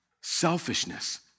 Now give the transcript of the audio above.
selfishness